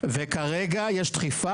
וכרגע יש דחיפה,